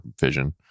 vision